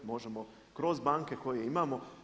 Možemo kroz banke koje imamo.